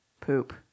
poop